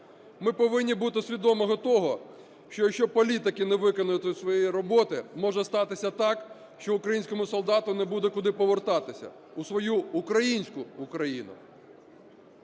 Ми повинні бути свідомі того, що якщо політики не виконають тут своєї роботи, може статися так, що українському солдату не буде куди повертатися, у свою українську Україну.